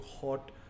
hot